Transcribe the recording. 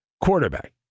quarterback